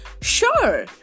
Sure